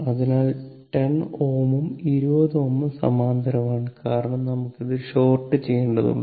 അതിനാൽ 10 Ω ഉം 20 Ω ഉം സമാന്തരമാണ് കാരണം നമുക്ക് ഇത് ഷോർട് ചെയ്യേണ്ടതുണ്ട്